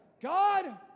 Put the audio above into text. God